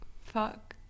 fuck